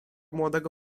młodego